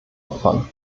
opfern